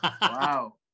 Wow